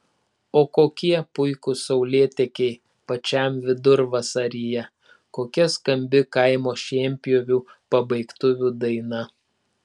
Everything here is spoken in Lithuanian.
o kokie puikūs saulėtekiai pačiam vidurvasaryje kokia skambi kaimo šienpjovių pabaigtuvių daina